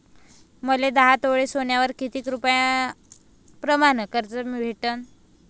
मले दहा तोळे सोन्यावर कितीक रुपया प्रमाण कर्ज भेटन?